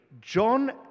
John